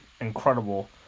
incredible